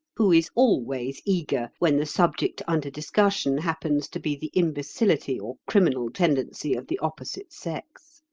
who is always eager when the subject under discussion happens to be the imbecility or criminal tendency of the opposite sex.